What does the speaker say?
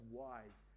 wise